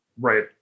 Right